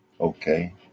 Okay